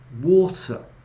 water